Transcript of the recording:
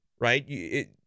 right